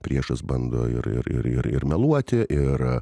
priešas bando ir ir ir ir ir meluoti ir